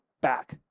back